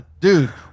Dude